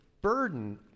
burden